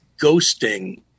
ghosting